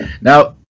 Now